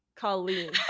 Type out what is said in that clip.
Colleen